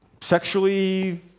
Sexually